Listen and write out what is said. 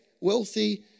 Wealthy